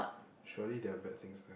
surely there are bad things there